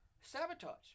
sabotage